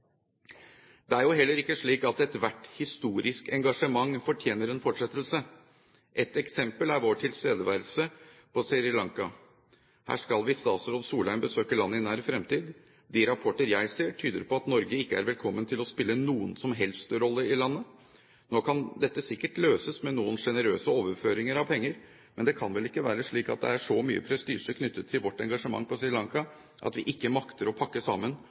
Det er jo heller ikke slik at ethvert historisk engasjement fortjener en fortsettelse. Et eksempel er vår tilstedeværelse på Sri Lanka. Statsråd Solheim skal visst besøke landet i nær fremtid. De rapporter jeg ser, tyder på at Norge ikke er velkommen til å spille noen som helst rolle i landet. Dette kan sikkert løses med noen sjenerøse overføringer av penger, men det kan vel ikke være slik at det er så mye prestisje knyttet til vårt engasjement på Sri Lanka at vi ikke makter å pakke sammen